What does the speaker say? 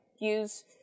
use